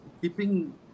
keeping